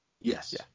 Yes